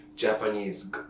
Japanese